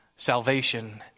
Salvation